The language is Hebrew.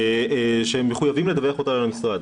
שמחויבים לדווח אותה למשרד.